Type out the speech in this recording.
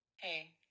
Hey